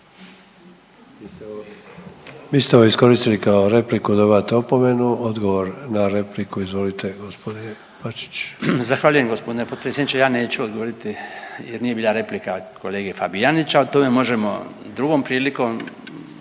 Vi ste ovo iskoristili kao repliku dobivate opomenu. Odgovor na repliku izvolite g. Bačić. **Bačić, Branko (HDZ)** Zahvaljujem g. potpredsjedniče. Ja neću odgovoriti jer nije bila replika od kolege Fabijanića. O tome možemo drugom prilikom,